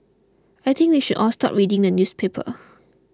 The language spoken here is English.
I think we should all stop reading the newspaper